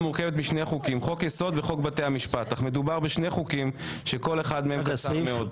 אך מדובר בשני חוקים שכל אחד מהם קצר מאוד.